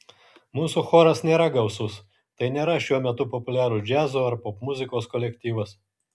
mūsų choras nėra gausus tai nėra šiuo metu populiarūs džiazo ar popmuzikos kolektyvas